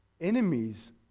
enemies